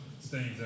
stains